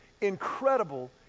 incredible